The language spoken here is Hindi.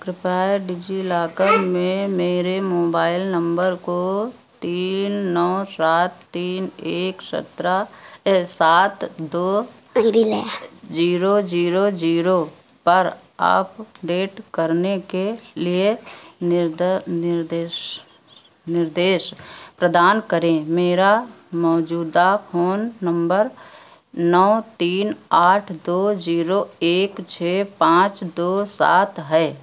कृपया डिजिलॉकर में मेरे मोबाइल नम्बर को तीन नौ सात तीन एक सत्रह सात दो जीरो जीरो जीरो पर अप डेट करने के लिए निर्द निर्देश निर्देश प्रदान करें मेरा मौजूदा फ़ोन नम्बर एक छः पाँच नौ तीन आठ दो जीरो एक छः पाँच दो सात है